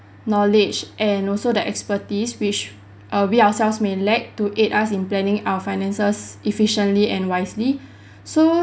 knowledge and also their expertise which uh we ourselves may lack to aid us in planning our finances efficiently and wisely so